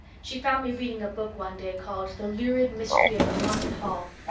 she found me reading a book one day called, the lurid mystery of the haunted hall.